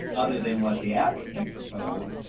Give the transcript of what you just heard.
other than what the applicant proposes,